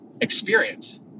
experience